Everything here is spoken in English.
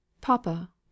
Papa